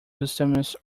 customers